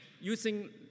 using